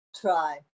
Try